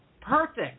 perfect